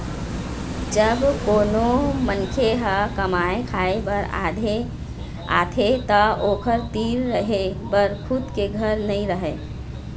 जब कोनो मनखे ह कमाए खाए बर आथे त ओखर तीर रहें बर खुद के घर नइ रहय